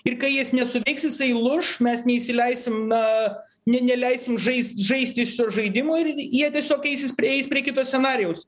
ir kai jis nesuveiks jisai luš mes neįsileisime ne neleisim žaist žaisti šito žaidimo ir jie tiesiog eisis eis prie kito scenarijaus